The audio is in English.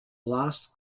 last